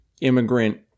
immigrant